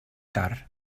car